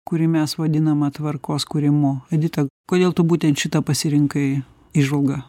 kurį mes vadiname tvarkos kūrimu edita kodėl tu būtent šitą pasirinkai įžvalgą